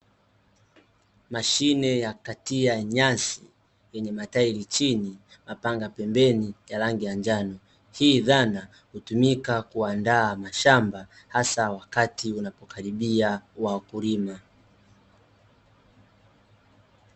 Mashine yakukatia nyasi yenye matairi chini, mapanga pembeni ya rangi ya njano. Hii dhana hutumika kuandaa mashamba hasa wakati unapo karibia wakulima.